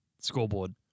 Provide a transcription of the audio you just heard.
Scoreboard